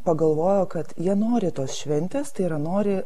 pagalvojo kad jie nori tos šventės tai yra nori